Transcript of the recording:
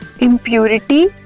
impurity